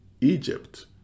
egypt